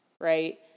right